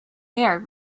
air